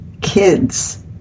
kids